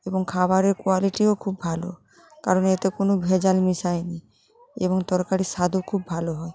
এবং খাবারের কোয়ালিটিও খুব ভালো কারণ এতে কোনো ভেজাল মেশাই নি এবং তরকারির স্বাদও খুব ভালো হয়